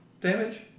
damage